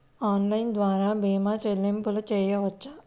Online ద్వార భీమా చెల్లింపులు చేయవచ్చా?